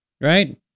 right